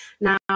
now